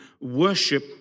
Worship